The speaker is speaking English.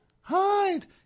Hide